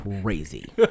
crazy